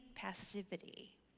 passivity